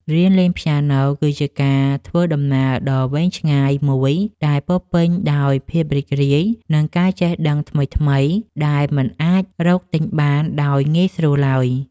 រៀនលេងព្យ៉ាណូគឺជាការធ្វើដំណើរដ៏វែងឆ្ងាយមួយដែលពោរពេញដោយភាពរីករាយ និងការចេះដឹងថ្មីៗដែលមិនអាចរកទិញបានដោយងាយស្រួលឡើយ។